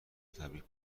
تبریک